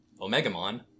Omegamon